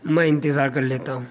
میں انتظار کر لیتا ہوں